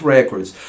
Records